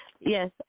Yes